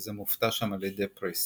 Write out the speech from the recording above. וזה מופתע שם על ידי פריס.